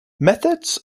methods